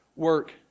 work